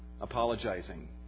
apologizing